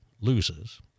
loses